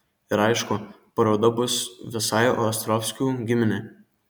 ir aišku paroda bus visai ostrovskių giminei